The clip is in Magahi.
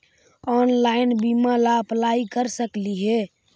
ऑनलाइन बीमा ला अप्लाई कर सकली हे?